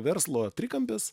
verslo trikampis